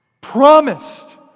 promised